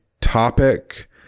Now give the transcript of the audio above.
topic